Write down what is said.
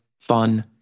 fun